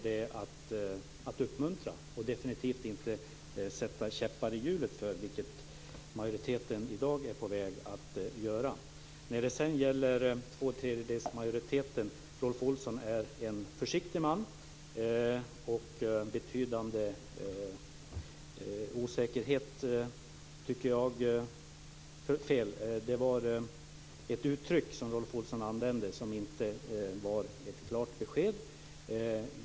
Det är att uppmuntra och definitivt inte att sätta käppar i hjulet, vilket majoriteten i dag är på väg att göra. När det gäller tvåtredjedelsmajoriteten är Rolf Olsson en försiktig man. Han använde ett uttryck som inte var ett klart besked.